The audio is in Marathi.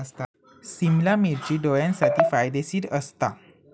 सिमला मिर्ची डोळ्यांसाठी फायदेशीर असता